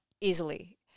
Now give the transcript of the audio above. easily